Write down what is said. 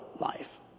life